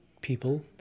people